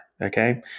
okay